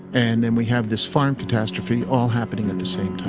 and then we have this farm catastrophe all happening at the same